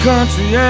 Country